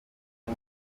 iyi